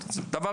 ב',